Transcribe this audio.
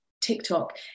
TikTok